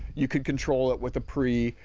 you could control it with a pre,